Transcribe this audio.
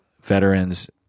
veterans